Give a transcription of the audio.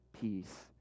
peace